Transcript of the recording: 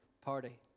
party